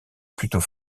plutôt